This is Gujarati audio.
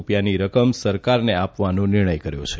રૂપિયાની રકમ સરકારને આપવાનો નિર્ણય કર્યો છે